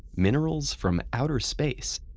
minerals from outer space,